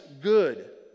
good